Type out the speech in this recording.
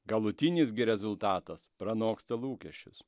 galutinis gi rezultatas pranoksta lūkesčius